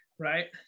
Right